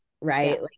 right